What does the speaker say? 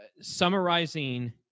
Summarizing